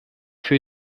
für